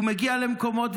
הוא מגיע למקומות,